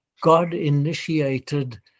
god-initiated